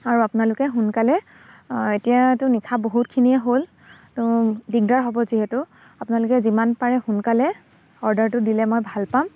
আৰু আপোনালোকে সোনকালে এতিয়াটো নিশা বহুতখিনিয়ে হ'ল তো দিগদাৰ হ'ব যিহেতু আপোনালোকে যিমান পাৰে সোনকালে অৰ্ডাৰটো দিলে মই ভাল পাম